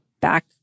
back